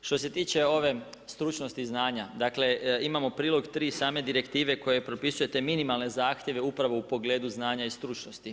Što se tiče ove stručnosti i znanja, dakle imamo prilog tri same direktive koja propisuje te minimalne zahtjeve upravo u pogledu znanja i stručnosti.